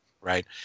Right